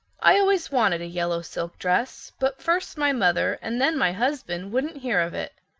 i always wanted a yellow silk dress, but first my mother and then my husband wouldn't hear of it.